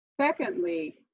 Secondly